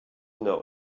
know